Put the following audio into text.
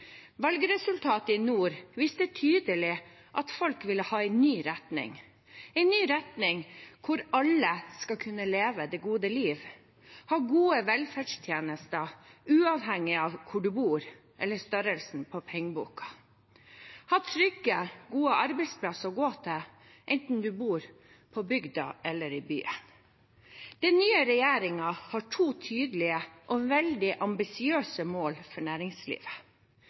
Valgresultatet i nord viste tydelig at folk ville ha en ny retning, en ny retning der alle skal kunne leve et godt liv, ha gode velferdstjenester, uavhengig av hvor du bor, eller størrelsen på pengeboken, ha trygge og gode arbeidsplasser å gå til, enten man bor på bygda eller i byen. Den nye regjeringen har to tydelige og veldig ambisiøse mål for næringslivet: